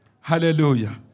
Hallelujah